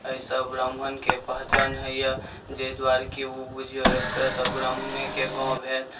एहिसँ ब्राह्मणके पहचान होइए जाहि दुआरे कि ओ बुझिऔ एक तरहसँ ब्राह्मणेके गाम भेल